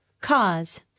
Cause